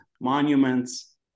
monuments